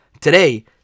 today